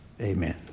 Amen